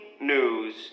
news